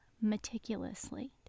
meticulously